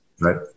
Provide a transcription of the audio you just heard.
Right